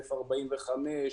שוטף 45,